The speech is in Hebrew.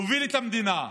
להוביל את המדינה.